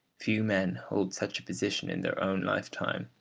few men hold such a position in their own lifetime,